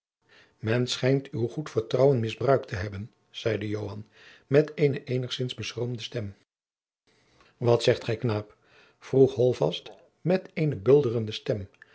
men schijnt uw goed vertrouwen misbruikt te hebben zeide joan met eene eenigzins beschroomde stem wat zegt gij knaap vroeg holtvast met eene bulderende stem